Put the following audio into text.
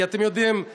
כי אתם יודעים,